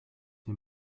der